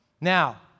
Now